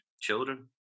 children